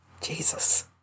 Jesus